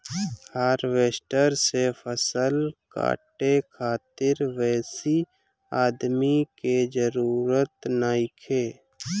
harvester से फसल काटे खातिर बेसी आदमी के जरूरत नइखे